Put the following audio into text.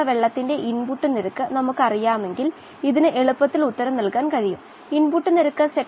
വായു കുമിളകൾ ഓക്സിജൻ വഹിക്കുന്നവയും മാധ്യമത്തിലേക്ക് ഓക്സിജൻ നൽകുന്നതും കോശങ്ങൾ അവയെടുക്കുന്നതും ആണ്